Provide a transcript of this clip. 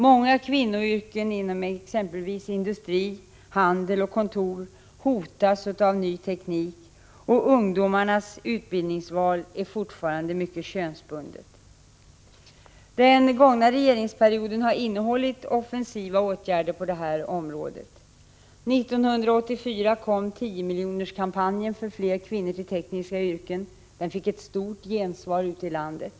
Många kvinnoyrken inom exempelvis industri, handel och kontor hotas av ny teknik, och ungdomarnas utbildningsval är fortfarande mycket könsbundet. Den gångna regeringsperioden har innehållit offensiva åtgärder på detta område. År 1984 genomfördes tiomiljonerskampanjen för fler kvinnor till tekniska yrken. Den fick ett stort gensvar ute i landet.